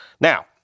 Now